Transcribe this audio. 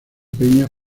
peña